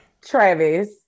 Travis